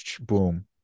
boom